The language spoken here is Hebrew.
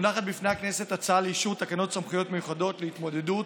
מונחת בפני הכנסת הצעה לאישור תקנות סמכויות מיוחדות להתמודדות